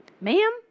Ma'am